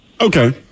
Okay